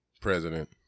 president